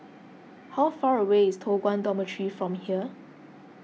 how far away is Toh Guan Dormitory from here